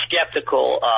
skeptical